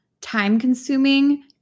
time-consuming